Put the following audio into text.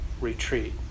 retreat